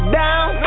down